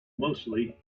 mostly